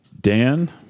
Dan